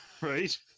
Right